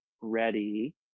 ready